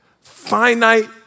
finite